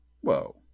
Whoa